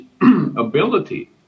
Ability